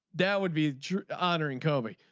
that would be honoring kobe.